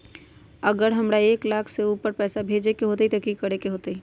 अगर हमरा एक लाख से ऊपर पैसा भेजे के होतई त की करेके होतय?